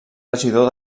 regidor